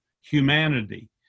humanity